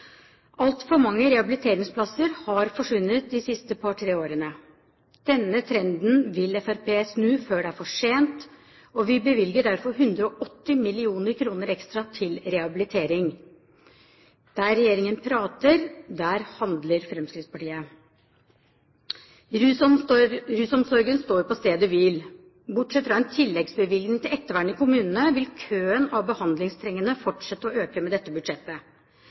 Altfor mange rehabiliteringsplasser har forsvunnet de siste par, tre årene. Denne trenden vil Fremskrittspartiet snu før det er for sent, og vi bevilger derfor 180 mill. kr ekstra til rehabilitering. Der regjeringen prater, der handler Fremskrittspartiet. Rusomsorgen står på stedet hvil. Bortsett fra en tilleggsbevilgning til ettervern i kommunene vil køen av behandlingstrengende fortsette å øke med dette budsjettet.